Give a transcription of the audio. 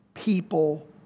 People